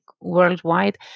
worldwide